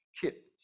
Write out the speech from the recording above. kit